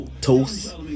Toast